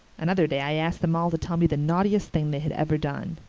another day i asked them all to tell me the naughtiest thing they had ever done.